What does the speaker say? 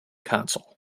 console